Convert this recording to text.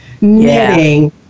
knitting